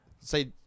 say